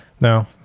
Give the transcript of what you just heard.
No